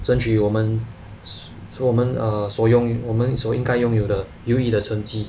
争取我们所我们 err 所拥我们所应该拥有的优异的成绩